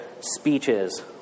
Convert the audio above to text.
speeches